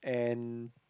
and